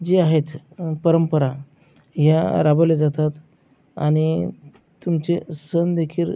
जी आहेत परंपरा ह्या राबवल्या जातात आणि तुमचे सण देखील